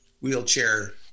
wheelchair